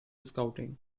scouting